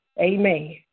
Amen